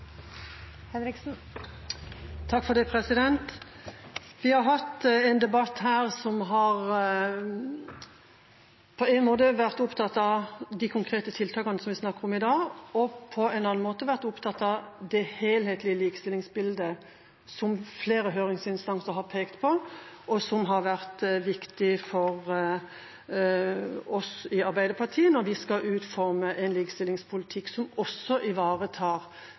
Det blir replikkordskifte. Vi har hatt en debatt her der man på én måte har vært opptatt av de konkrete tiltakene som vi snakker om i dag, og på en annen måte vært opptatt av det helhetlige likestillingsbildet, som flere høringsinstanser har pekt på, og som har vært viktig for oss i Arbeiderpartiet når vi skal utforme en likestillingspolitikk som også ivaretar